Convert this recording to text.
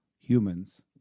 Humans